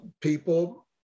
people